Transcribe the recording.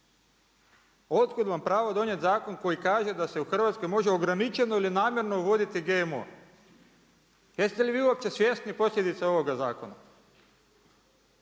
Od kud vam pravo donijeti zakon koji kaže da se u Hrvatskoj može ograničeno ili namjerno uvoditi GMO? Jeste li vi uopće svjesni posljedice ovoga zakona?